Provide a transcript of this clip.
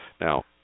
Now